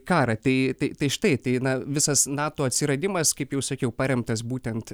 karą tai tai tai štai tai na visas nato atsiradimas kaip jau sakiau paremtas būtent